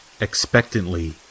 expectantly